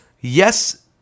yes